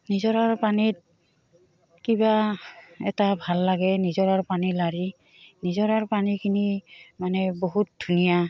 নিজৰৰ পানীত কিবা এটা ভাল লাগে নিজৰৰ পানী লাৰি নিজৰাৰ পানীখিনি মানে বহুত ধুনীয়া